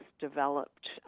developed